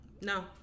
No